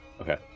Okay